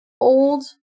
old